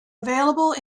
available